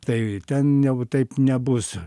tai ten jau taip nebus